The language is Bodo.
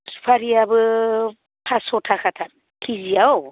सुफारियाबो पास्स' थाखाथार केजिआव